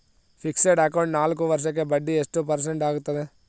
Fixed account ನಾಲ್ಕು ವರ್ಷಕ್ಕ ಬಡ್ಡಿ ಎಷ್ಟು ಪರ್ಸೆಂಟ್ ಆಗ್ತದ?